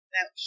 Now